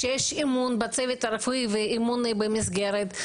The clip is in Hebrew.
כדי שיהיה אמון בצוות הרפואי ואמון במסגרת.